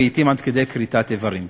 לעתים עד כדי כריתת איברים.